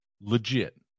legit